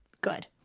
Good